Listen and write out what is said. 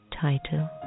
title